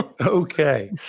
okay